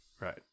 right